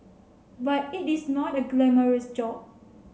but it is not a glamorous job